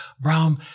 Brown